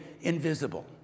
invisible